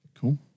cool